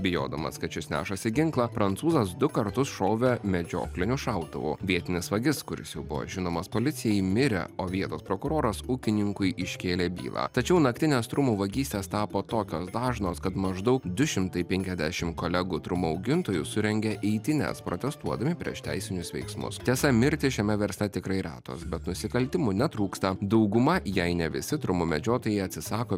bijodamas kad šis nešasi ginklą prancūzas du kartus šovė medžiokliniu šautuvu vietinis vagis kuris jau buvo žinomas policijai mirė o vietos prokuroras ūkininkui iškėlė bylą tačiau naktinės trumų vagystės tapo tokios dažnos kad maždaug du šimtai penkiasdešim kolegų trumų augintojų surengė eitynes protestuodami prieš teisinius veiksmus tiesa mirtys šiame versle tikrai retos bet nusikaltimų netrūksta dauguma jei ne visi trumų medžiotojai atsisako